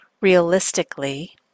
realistically